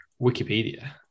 Wikipedia